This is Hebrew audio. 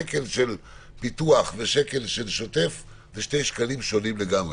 שקל של פיתוח ושקל של שוטף זה שני שקלים שונים לגמרי.